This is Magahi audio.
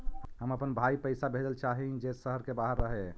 हम अपन भाई पैसा भेजल चाह हीं जे शहर के बाहर रह हे